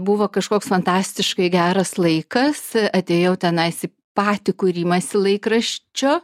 buvo kažkoks fantastiškai geras laikas atėjau tenais į patį kūrimąsį laikraščio